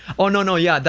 oh, no, no, yeah,